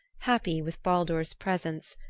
happy with baldur's presence,